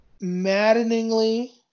maddeningly